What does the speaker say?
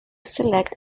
select